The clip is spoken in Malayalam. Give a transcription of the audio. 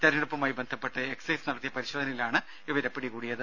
തെരഞ്ഞെടുപ്പുമായി ബന്ധപ്പെട്ട് എക്സൈസ് നടത്തിയ പരിശോധനയിലാണ് ഇവരെ പിടികൂടിയത്